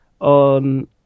on